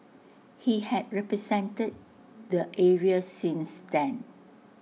he had represented the area since then